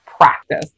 practice